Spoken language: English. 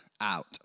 out